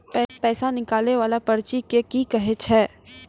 पैसा निकाले वाला पर्ची के की कहै छै?